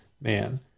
man